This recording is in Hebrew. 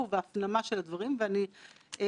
הישיבה אחרונה